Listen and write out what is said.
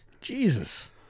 Jesus